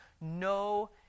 no